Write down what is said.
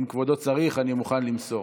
אם כבודו צריך, אני מוכן למסור.